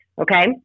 okay